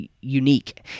unique